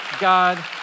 God